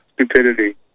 stupidity